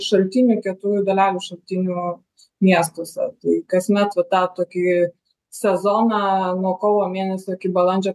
šaltinių kietųjų dalelių šaltinių miestuose tai kasmet va tą tokį sezoną nuo kovo mėnesio iki balandžio